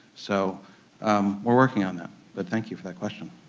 so we're working on that. but thank you for that question.